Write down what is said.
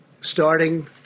starting